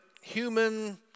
human